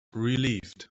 relieved